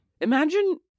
Imagine